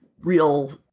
real